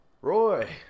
Roy